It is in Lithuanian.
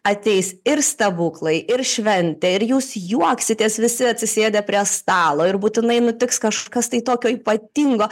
ateis ir stebuklai ir šventė ir jūs juoksitės visi atsisėdę prie stalo ir būtinai nutiks kažkas tai tokio ypatingo